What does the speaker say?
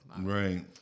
Right